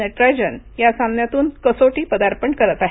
नटराजन या सामन्यातून कसोटी पदार्पण करत आहेत